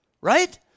right